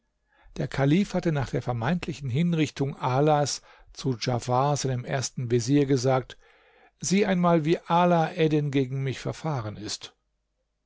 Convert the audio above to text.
der kalif hatte nach der vermeintlichen hinrichtung alas zu djafar seinem ersten vezier gesagt sieh einmal wie ala eddin gegen mich verfahren ist